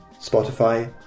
Spotify